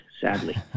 sadly